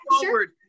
forward